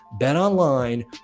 BetOnline